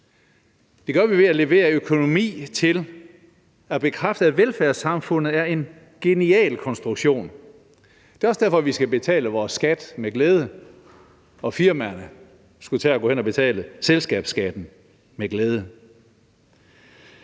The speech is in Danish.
Det gør vi ved at levere økonomi til at bekræfte, at velfærdssamfundet er en genial konstruktion. Det er også derfor, vi skal betale vores skat med glæde, og firmaerne skulle tage at gå hen og betale selskabsskatten med glæde.